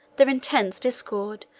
their intestine discord,